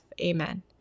Amen